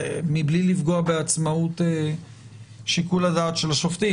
מבלי לפגוע בעצמאות שיקול הדעת של השופטים.